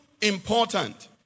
important